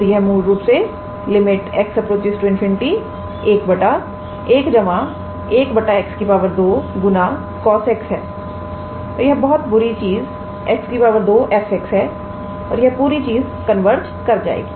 तो यह मूल रूप से x∞111𝑥2𝑐𝑜𝑠𝑥 है और यह बुरी चीज 𝑥 2𝑓𝑥 है और यह पूरी चीज कन्वर्ज कर जाएगी